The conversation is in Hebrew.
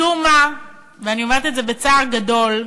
משום מה, ואני אומרת את זה בצער גדול,